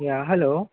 या हॅलो